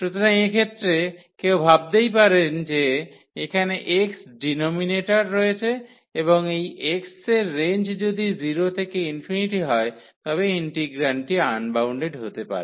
সুতরাং এক্ষেত্রে কেউ ভাবতে পারেন যে এখানে x ডিনোমিনেটরে রয়েছে এবং এই x এর রেঞ্জ যদি 0 থেকে ∞ হয় তবে ইন্টিগ্রান্ডটি আনবাউন্ডেড হতে পারে